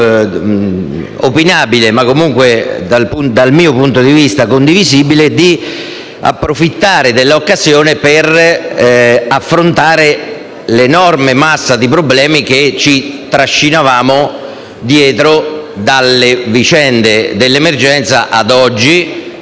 formula opinabile, ma comunque dal mio punto di vista condivisibile, di approfittare dell'occasione per affrontare l'enorme massa di problemi che ci trascinavamo dietro dalle vicende dell'emergenza ad oggi,